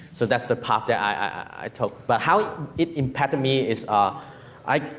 so, that's the path that i took. but how it impacted me is, ah i